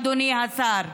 אדוני השר.